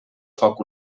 foc